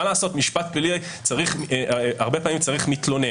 מה לעשות משפט פלילי צריך הרבה פעמים מתלונן.